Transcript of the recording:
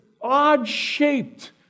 odd-shaped